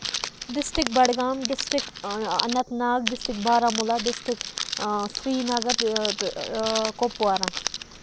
district Budgam district Anantnag district Baramulla district Srinagar تہٕ کۄپوارہ